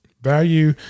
value